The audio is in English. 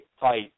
Fight